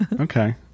Okay